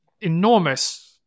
enormous